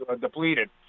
depleted